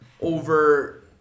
over